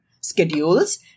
schedules